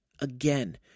Again